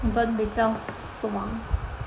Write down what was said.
burn 比较爽